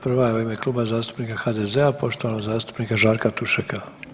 Prva je u ime Kluba zastupnika HDZ-a poštovanog zastupnika Žarka Tušeka.